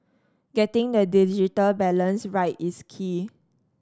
getting the digital balance right is key